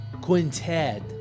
quintet